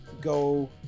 Go